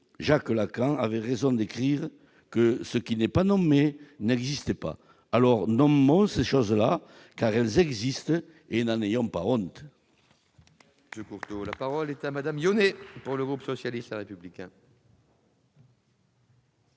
Jacques Lacan avait raison d'écrire que ce qui n'est pas nommé n'existe pas. Nommons ces choses-là, car elles existent, et n'en ayons pas honte